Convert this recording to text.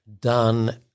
done